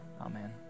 Amen